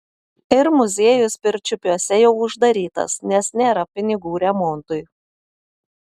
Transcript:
ir muziejus pirčiupiuose jau uždarytas nes nėra pinigų remontui